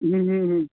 હમ હમ હમ